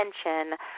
attention